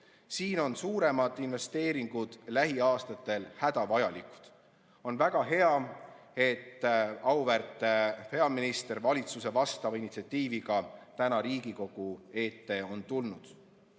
Siin on suuremad investeeringud lähiaastatel hädavajalikud. On väga hea, et auväärt peaminister valitsuse vastava initsiatiiviga täna Riigikogu ette on tulnud.